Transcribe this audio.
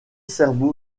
serbo